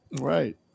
Right